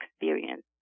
experience